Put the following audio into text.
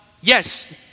yes